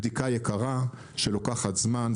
בדיקה יקרה שלוקחת זמן,